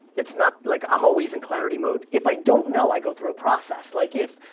it's not like, i'm always in clarity mode. if i don't know, i go through a process. like, if,